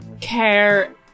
care